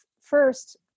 first